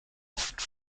oft